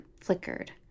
flickered